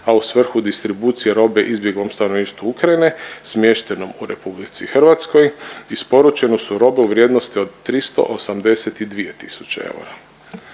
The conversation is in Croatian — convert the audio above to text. a u svrhu distribucije robe izbjeglom stanovništvu Ukrajine smještenom u RH isporučene su robe u vrijednosti od 382 tisuće eura.